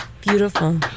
Beautiful